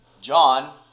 John